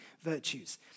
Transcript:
virtues